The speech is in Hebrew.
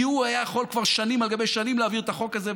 כי הוא היה יכול כבר שנים על גבי שנים להעביר את החוק הזה,